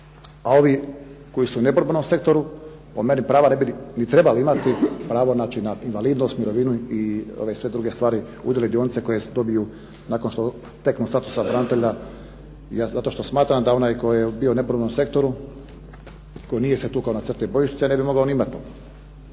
a ovi koji su u neborbenom sektoru po meni prava ne bi ni trebali imati, pravo znači na invalidnost, mirovinu i ove sve druge stvari, udjele dionica koje dobiju nakon što steknu status branitelja zato što smatram da onaj tko je bio u neborbenom sektoru nije se tukao na crti bojišnice ne bi mogao ni imati